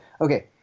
Okay